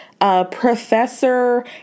Professor